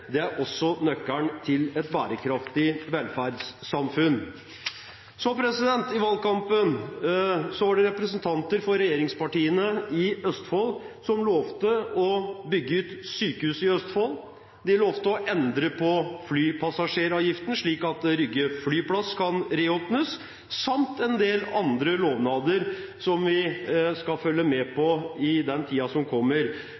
Norge er også nøkkelen til et bærekraftig velferdssamfunn. I valgkampen var det representanter for regjeringspartiene i Østfold som lovte å bygge ut sykehuset i Østfold, de lovte å endre på flypassasjeravgiften, slik at Rygge flyplass kan reåpnes, og de hadde en del andre lovnader som vi skal følge med på i tiden som kommer.